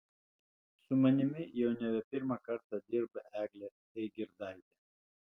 su manimi jau nebe pirmą kartą dirba eglė eigirdaitė